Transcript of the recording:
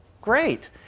great